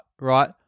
right